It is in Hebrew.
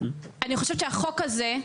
אני חושבת שהחוק הזה,